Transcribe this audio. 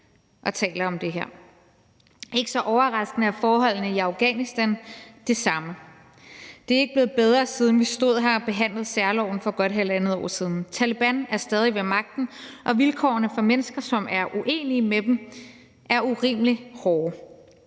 og taler om det her. Ikke så overraskende er forholdene i Afghanistan de samme; de er ikke blevet bedre, siden vi stod her og behandlede særloven for godt halvandet år siden. Taleban er stadig ved magten, og vilkårene for mennesker, som er uenige med dem, er urimelig hårde.